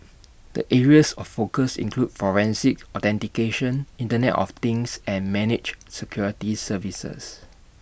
the areas of focus include forensics authentication Internet of things and managed security services